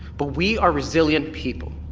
but we are resilient people.